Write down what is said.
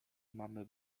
mamy